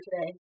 today